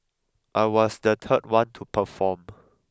I was the third one to perform